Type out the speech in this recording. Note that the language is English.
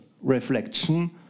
reflection